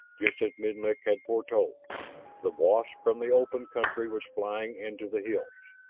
just as menlik had foretold the wasp from the open country was flying into the hills.